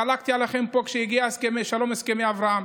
חלקתי עליכם פה כשהגיעו הסכמי שלום, הסכמי אברהם,